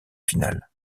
finale